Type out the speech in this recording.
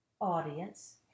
audience